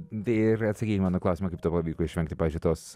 tai ir atsakyk į mano klausimą kaip tau pavyko išvengti pavyzdžiui tos